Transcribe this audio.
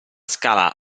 scala